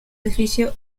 edificio